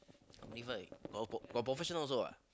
how many fight got pro~ got professional also what